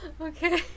Okay